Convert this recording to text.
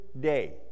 day